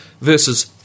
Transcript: Versus